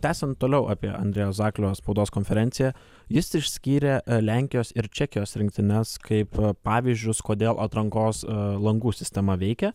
tęsiant toliau apie andrejaus zaklio spaudos konferenciją jis išskyrė lenkijos ir čekijos rinktines kaip pavyzdžius kodėl atrankos langų sistema veikia